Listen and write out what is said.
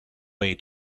way